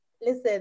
Listen